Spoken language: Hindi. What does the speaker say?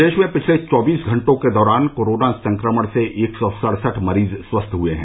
प्रदेश में पिछले चौबीस घंटों के दौरान कोरोना संक्रमण से एक सौ सड़सठ मरीज स्वस्थ हुए हैं